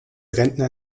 rentner